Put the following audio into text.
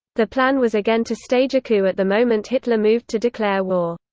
the plan was again to stage a coup at the moment hitler moved to declare war.